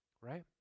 right